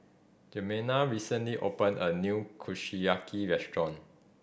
Jimena recently opened a new Kushiyaki restaurant